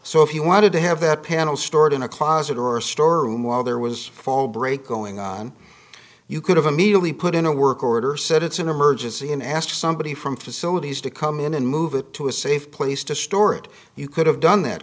so if you wanted to have that panel stored in a closet or store room while there was a fall break going on you could have immediately put in a work order said it's an emergency and asked somebody from facilities to come in and move it to a safe place to store it you could have done that